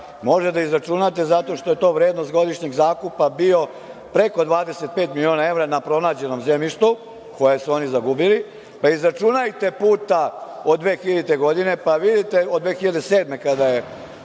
možete da izračunate zato što je vrednost godišnjeg zakupa bio preko 25 miliona evra na pronađenom zemljištu koje su oni izgubili. Pa, izračunajte puta od 2007. godine kada je